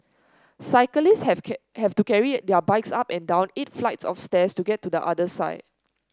cyclist have have to carry their bikes up and down eight flights of stairs to get to the other side